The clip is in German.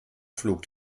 flog